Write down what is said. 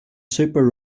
super